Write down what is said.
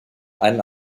einen